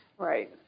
Right